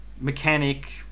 mechanic